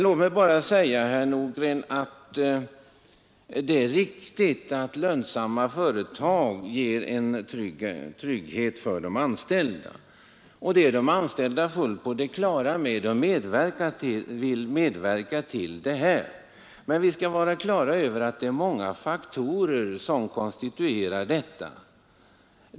Låt mig bara säga, herr Nordgren, att det är riktigt att lönsamma företag ger en trygghet för de anställda. Det är de anställda fullt på det klara med och det vill de medverka till. Men vi skall vara klara över att det är många faktorer som konstituerar detta.